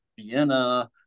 Vienna